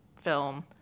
film